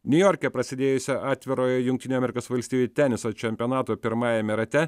niujorke prasidėjusio atvirojo jungtinių amerikos valstijų teniso čempionato pirmajame rate